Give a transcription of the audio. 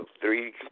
three